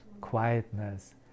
quietness